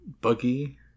buggy